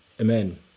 amen